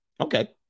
Okay